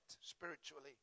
spiritually